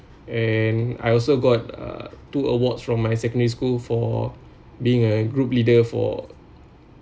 and I also got uh two awards from my secondary school for being a group leader for